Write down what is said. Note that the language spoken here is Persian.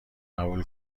قبول